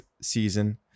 season